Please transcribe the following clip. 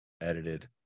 edited